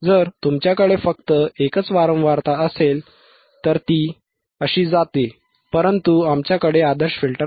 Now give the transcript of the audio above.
जर तुमच्याकडे फक्त एकच वारंवारता असेल तर ती अशी जाते परंतु आमच्याकडे आदर्श फिल्टर नाही